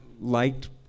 liked